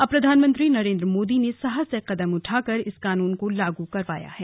अब प्रधानमंत्री नरेंद्र मोदी ने साहसिक कदम उठाकर इस कानून को लागू करवाया है